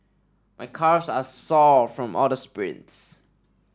my calves are sore from all the sprints